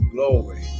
Glory